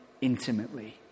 intimately